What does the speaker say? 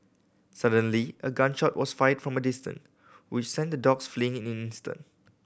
suddenly a gun shot was fired from a distance which sent the dogs fleeing in an instant